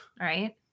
right